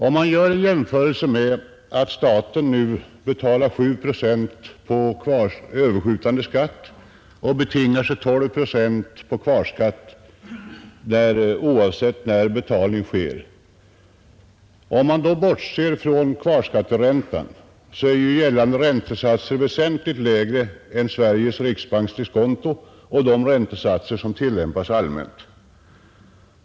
Vi kan göra en jämförelse med att staten nu betalar 7 procent på överskjutande skatt och betingar sig 12 procent på kvarskatt oavsett när betalning sker. Om man bortser från kvarskatteräntan så är gällande räntesatser väsentligt lägre än Sveriges riksbanks diskonto och de räntesatser som tillämpas allmänt.